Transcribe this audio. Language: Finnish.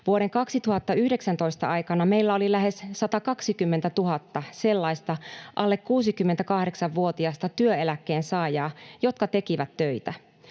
Vuoden 2019 aikana meillä oli lähes 120 000 sellaista alle 68-vuotiasta työeläkkeen saajaa, jotka tekivät töitä.